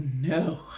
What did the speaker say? no